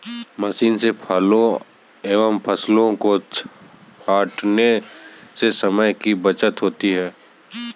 machine से फलों एवं फसलों को छाँटने से समय की बचत होती है